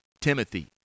Timothy